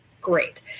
Great